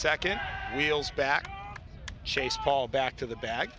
second wheels back chase ball back to the ba